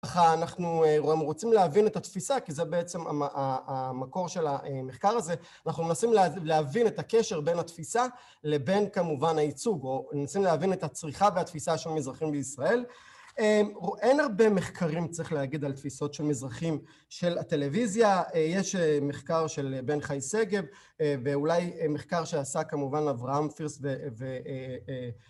אנחנו רואים רוצים להבין את התפיסה כי זה בעצם המקור של המחקר הזה, אנחנו מנסים להבין את הקשר בין התפיסה לבין כמובן הייצוג או מנסים להבין את הצריכה והתפיסה של מזרחים בישראל. אין הרבה מחקרים צריך להגיד על תפיסות של מזרחים של הטלוויזיה, יש מחקר של בן חי שגב ואולי מחקר שעשה כמובן אברהם פירסט